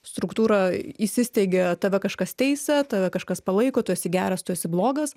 struktūrą įsisteigia tave kažkas teisia tave kažkas palaiko tu esi geras tu esi blogas